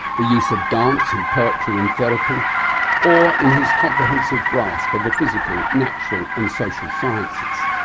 the use of dance and poetry in therapy or, in his comprehensive grasp of the physical, natural and social sciences.